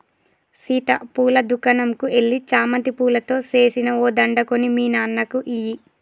సీత పూల దుకనంకు ఎల్లి చామంతి పూలతో సేసిన ఓ దండ కొని మీ నాన్నకి ఇయ్యి